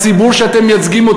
הציבור שאתם מייצגים,